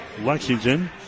Lexington